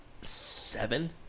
seven